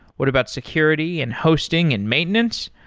what about security and hosting and maintenance?